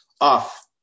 off